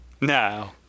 now